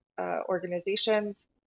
organizations